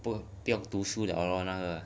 不不用读书了 loh 那个